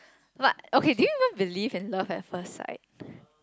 but okay do you even believe in love at first sight